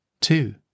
Two